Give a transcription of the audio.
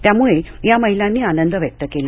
त्यामुळे या महिलांनी आनंद व्यक्त केला